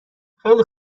خیلی